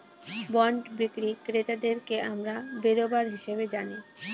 bond বিক্রি ক্রেতাদেরকে আমরা বেরোবার হিসাবে জানি